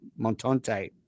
Montante